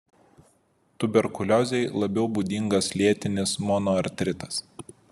tuberkuliozei labiau būdingas lėtinis monoartritas